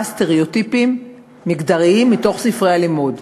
סטריאוטיפים מגדריים מספרי הלימוד.